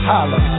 Holla